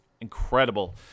incredible